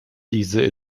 diese